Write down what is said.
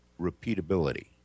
repeatability